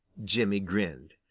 jimmy grinned.